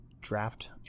draft